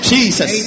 Jesus